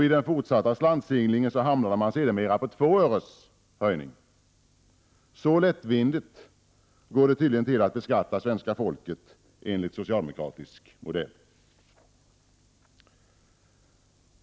Vid den fortsatta slantsinglingen hamnade man sedermera på 2 öres höjning. Så lättvindigt går det till att beskatta svenska folket enligt socialdemokratisk modell.